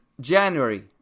January